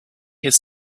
his